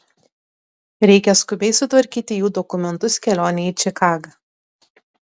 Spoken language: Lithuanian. reikia skubiai sutvarkyti jų dokumentus kelionei į čikagą